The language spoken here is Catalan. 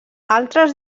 altres